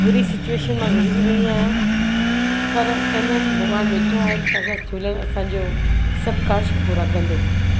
बुरी सिच्वेशन मां गुज़िरी रही आहियां पर चवंदा आहिनि भॻवान वेठो आहे त झूलणु असांजो सभु कार्ज पूरा कंदो